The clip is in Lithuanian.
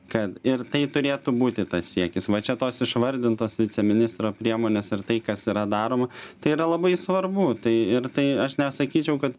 kad ir tai turėtų būti tas siekis va čia tos išvardintos viceministro priemonės ir tai kas yra daroma tai yra labai svarbu tai ir tai aš nesakyčiau kad